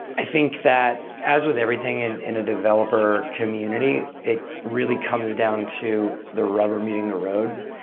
i think that, as with everything in in a developer community, it really comes down to the rubber meeting the road